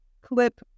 clip